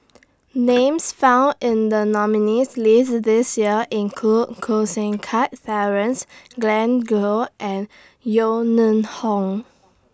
Names found in The nominees' list This Year include Koh Seng Kiat Glen Goei and Yeo Neng Hong